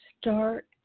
start